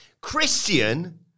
Christian